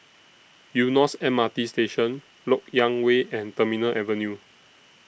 Eunos M R T Station Lok Yang Way and Terminal Avenue